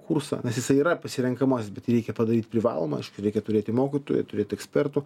kursą nes jisai yra pasirenkamas bet reikia padaryti privalomą reiškia reikia turėti mokytojų turėti ekspertų